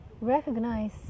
recognize